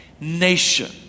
nation